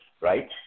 right